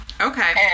Okay